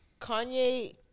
Kanye